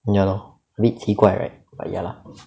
ya lor bit 奇怪 right but ya lah